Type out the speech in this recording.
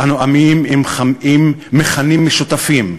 אנו עמים עם מכנים משותפים,